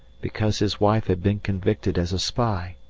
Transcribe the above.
because his wife had been convicted as a spy!